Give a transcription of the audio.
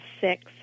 six